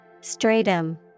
Stratum